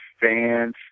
fans